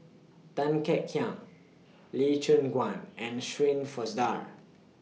Tan Kek Hiang Lee Choon Guan and Shirin Fozdar